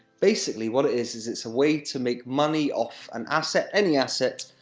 basically, what it is, is it's a way to make money off an asset any asset,